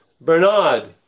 Bernard